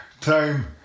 time